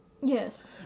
Yes